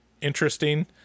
interesting